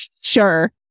sure